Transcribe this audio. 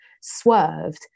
swerved